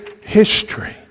history